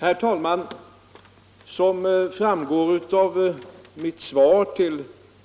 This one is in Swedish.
Herr talman! Som framgår av mitt svar till